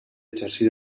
exercí